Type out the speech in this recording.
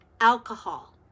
alcohol